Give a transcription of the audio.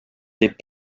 des